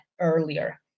earlier